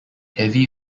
heavy